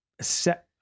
set